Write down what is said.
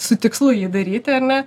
su tikslu jį daryti ar ne